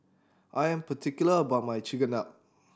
I am particular about my Chigenabe